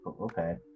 Okay